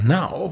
now